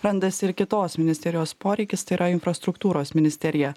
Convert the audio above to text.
randasi ir kitos ministerijos poreikis tai yra infrastruktūros ministerija